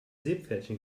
seepferdchen